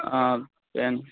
অঁ পেন